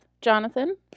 Jonathan